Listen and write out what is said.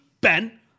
Ben